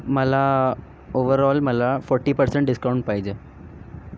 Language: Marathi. मला ओव्हरऑल मला फोर्टी पर्सेंट डिस्काउंट पाहिजे